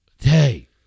Hey